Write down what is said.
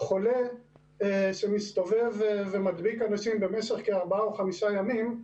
חולה שמסתובב ומדביק אנשים במשך ארבעה או חמישה ימים,